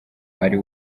ari